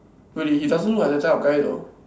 really he doesn't look like that type of guy though